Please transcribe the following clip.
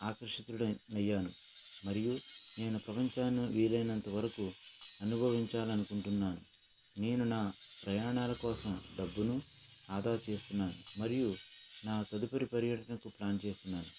ఆకర్షితుడను అయ్యాను మరియు నేను ప్రపంచాన్ని వీలైనంతవరకు అనుభవించాలి అనుకుంటున్నాను నేను నా ప్రయాణాల కోసం డబ్బును ఆదా చేస్తున్నాను మరియు నా తదుపరి పర్యటనకు ప్లాన్ చేస్తున్నాను